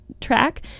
track